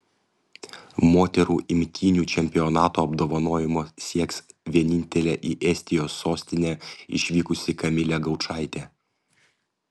moterų imtynių čempionato apdovanojimo sieks vienintelė į estijos sostinę išvykusi kamilė gaučaitė